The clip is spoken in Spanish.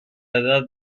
edad